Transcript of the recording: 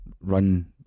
run